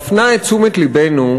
מפנה את תשומת לבנו,